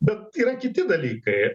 bet yra kiti dalykai